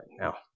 Now